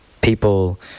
people